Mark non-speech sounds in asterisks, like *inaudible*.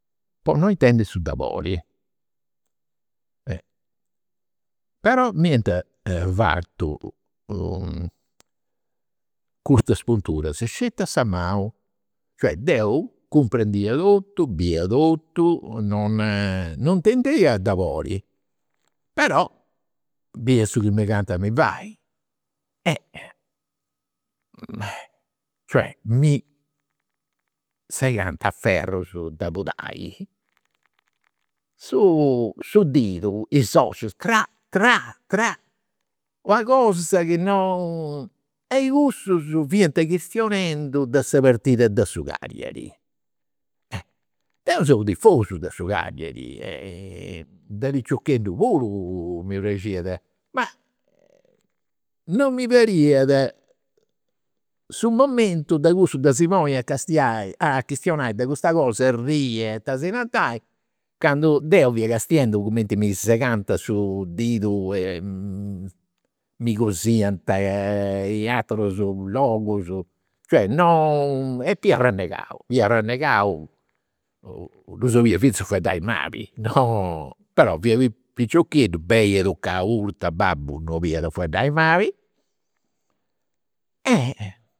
Po non intendi su dolori. Però m'iant fatu custas punturas sceti a sa manu, cioè deu cumprendia totu, biia totu, non intendia dolori, però biia su chi megant a mi fai. *hesitation* Cioè mi segant a ferrus de, *unintelligible* su didu, is ossus, tra, tra, tra, una cosa chi non, e cussus fiant chistionendu de sa partida de su Cagliari. Deu seu u' tifosu de su Cagliari, de piciocheddu puru mi praxiat, ma non mi pariat su momentu de cussu de si poniri a castiai *hesitation* a chistionai de custa cosa, arrii e tesinantai, candu deu fia *unintelligible* cumenti mi segant su didu e mi cosiant *hesitation* in aterus logus. Cioè non, e fia arrennegau, fia arrennegau, ddus 'olia finzas fueddai mali. Però fia piciocheddu, beni educau puru, poita babbu non 'oliat a fueddai mali *hesitation*